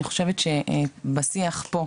אני חושבת שבשיח פה,